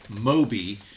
Moby